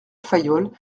fayolle